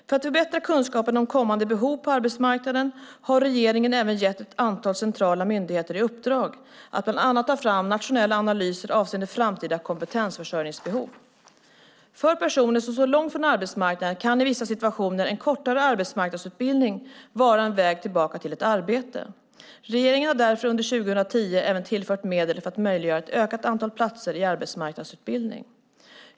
För att förbättra kunskapen om kommande behov på arbetsmarknaden har regeringen även gett ett antal centrala myndigheter i uppdrag att bland annat ta fram nationella analyser avseende framtida kompetensförsörjningsbehov. För personer som står långt ifrån arbetsmarknaden kan i vissa situationer en kortare arbetsmarknadsutbildning vara en väg tillbaka till ett arbete. Regeringen har därför under 2010 även tillfört medel för att möjliggöra ett ökat antal platser i arbetsmarknadsutbildning.